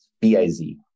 B-I-Z